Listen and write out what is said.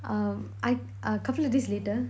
um I uh couple of days later